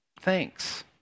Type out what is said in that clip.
Thanks